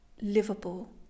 livable